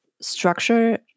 structure